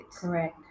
Correct